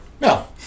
No